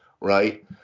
right